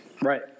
right